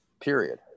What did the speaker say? Period